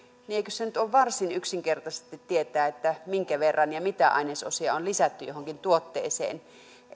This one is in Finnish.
niin eikö se nyt ole varsin yksinkertaista tietää minkä verran ja mitä ainesosia on lisätty johonkin tuotteeseen